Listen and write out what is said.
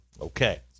Okay